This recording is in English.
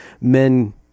men